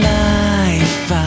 life